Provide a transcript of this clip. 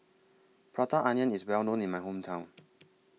Prata Onion IS Well known in My Hometown